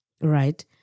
right